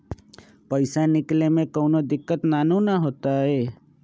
पईसा निकले में कउनो दिक़्क़त नानू न होताई?